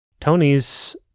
Tony's